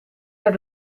naar